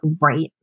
right